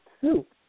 soup